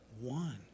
One